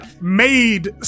made